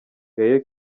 gaël